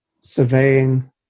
surveying